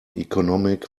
economic